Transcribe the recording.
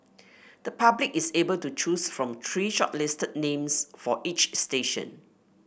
the public is able to choose from three shortlisted names for each station